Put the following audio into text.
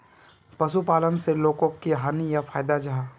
पशुपालन से लोगोक की हानि या फायदा जाहा?